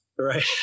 Right